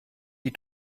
die